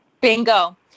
Bingo